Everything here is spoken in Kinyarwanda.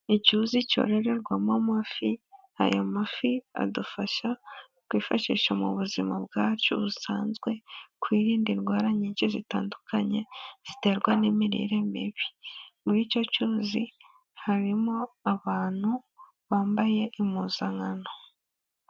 Icyuzi cyororerwamo amafi, aya mafi adufasha kwifashisha mu buzima bwacu busanzwe, kwirinda indwara nyinshi zitandukanye ziterwa n'imirire mibi, muri icyo cyuzi harimo abantu bambaye impuzankano.